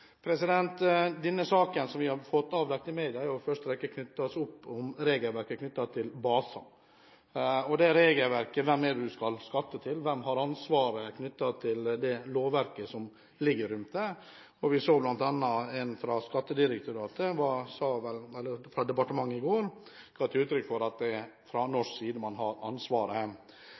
Denne saken som vi har fått avdekket i media, er i første rekke knyttet til regelverket om baser: Hvem skal en skatte til? Hvem har ansvaret for lovverket rundt det? Vi så bl.a. en fra Skattedirektoratet i går som ga uttrykk for at det er på norsk side man har ansvaret.